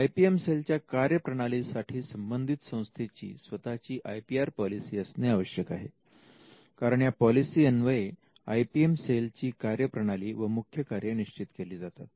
I P M सेलच्या कार्यप्रणाली साठी संबंधित संस्थेची स्वतःची आय पी आर पॉलिसी असणे आवश्यक आहे कारण या पॉलिसी अन्वये आय पी एम सेलची कार्यप्रणाली व मुख्य कार्ये निश्चित केली जातात